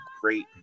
great